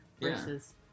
versus